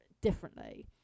differently